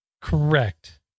Correct